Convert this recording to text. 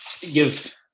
give